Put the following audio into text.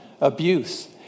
abuse